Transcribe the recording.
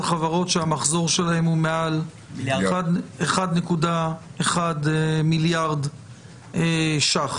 חברות שהמחזור שלהן הוא מעל 1.1 מיליארד ש"ח,